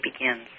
begins